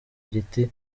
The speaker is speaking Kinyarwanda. igiti